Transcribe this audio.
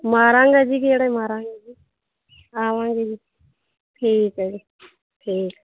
ਮਾਰਾਂਗੇ ਜੀ ਗੇੜਾ ਮਾਰਾਂਗੇ ਜੀ ਆਵਾਂਗੇ ਜੀ ਠੀਕ ਹੈ ਜੀ ਠੀਕ